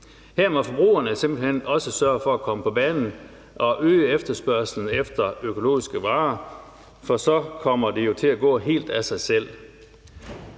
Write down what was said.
Her må forbrugerne simpelt hen også sørge for at komme på banen og øge efterspørgslen efter økologiske varer, for så kommer det jo til at gå helt af sig selv.